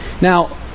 Now